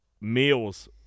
meals